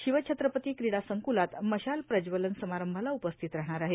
शिव छत्रपती क्रीडा संकुलात मशाल प्रज्वलन समारंभाला उपस्थित राहणार आहे